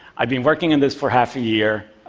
i've been working on this for half a year,